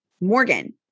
Morgan